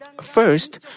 First